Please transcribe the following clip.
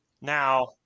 Now